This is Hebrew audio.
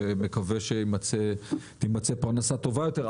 ומקווה שתימצא פרנסה טובה יותר,